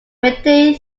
retained